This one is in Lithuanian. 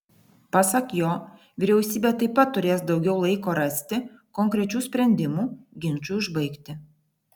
pasak jo vyriausybė taip pat turės daugiau laiko rasti konkrečių sprendimų ginčui užbaigti